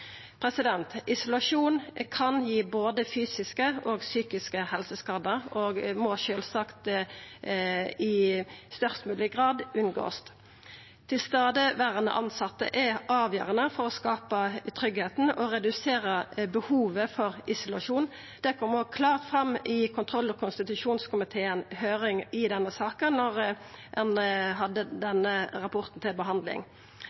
Isolasjon kan gi både fysiske og psykiske helseskadar og er sjølvsagt noko ein i størst mogleg grad må unngå. Tilstadeverande tilsette er avgjerande for å skapa tryggleik og redusera behovet for isolasjon. Det kom òg klart fram i kontroll- og konstitusjonskomiteens høyring i saka, da ein hadde denne rapporten til behandling.